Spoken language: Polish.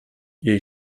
jej